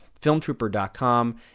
FilmTrooper.com